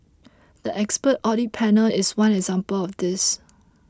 the expert audit panel is one example of this